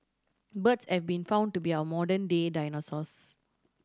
birds have been found to be our modern day dinosaurs